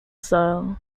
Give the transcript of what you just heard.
style